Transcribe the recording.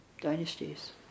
dynasties